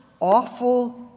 awful